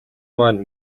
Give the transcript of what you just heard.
маань